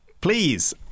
Please